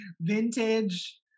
vintage